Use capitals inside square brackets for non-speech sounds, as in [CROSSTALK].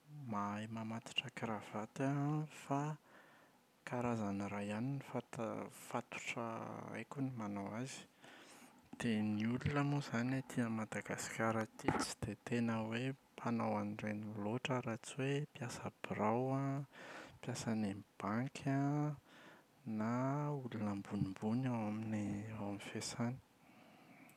Mahay mamatotra karavato aho an fa [HESITATION] karazany iray ihany ny fata- ny fatotra haiko ny manao azy. Dia ny olona moa izany ety Madagasikara ety tsy dia tena hoe mpanao an’ireny loatra raha tsy hoe mpiasa birao an [HESITATION] mpiasa eny amin’ny banky an, na olona ambonimbony ao amin’ny [HESITATION] ao amin’ny fiasany.